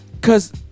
Cause